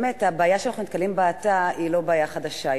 הבעיה שאנחנו נתקלים בה עתה היא לא בעיה חדשה,